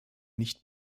nicht